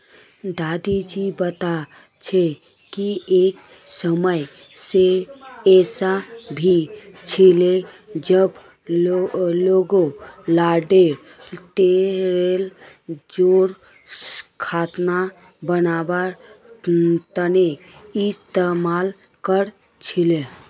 दादी जी बता छे कि एक समय ऐसा भी छिले जब लोग ताडेर तेलेर रोज खाना बनवार तने इस्तमाल कर छीले